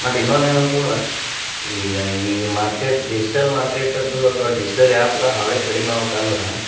ಮತ್ತು ಇನ್ನೊಂದು ಏನಂತಂದ್ರೆ ಈಗ ಈ ಮಾರ್ಕೇಟ್ ಡಿಜ್ಟಲ್ ಮಾರ್ಕೇಟದ್ದು ಅಥವಾ ಡಿಜ್ಟಲ್ ಆ್ಯಪ್ಗಳ ಹಾವಳಿ ಕಡಿಮೆ ಆಗ್ಬೇಕಂದ್ರೆ